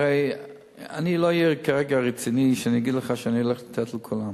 הרי אני לא אהיה רציני אם אני אגיד לך כרגע שאני הולך לתת לכולם.